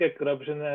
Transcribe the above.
corruption